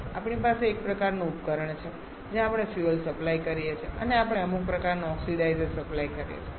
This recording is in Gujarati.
આપણી પાસે એક પ્રકારનું ઉપકરણ છે જ્યાં આપણે ફ્યુઅલ સપ્લાય કરીએ છીએ અને આપણે અમુક પ્રકારનું ઓક્સિડાઇઝર સપ્લાય કરીએ છીએ